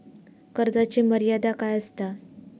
कर्जाची मर्यादा काय असता?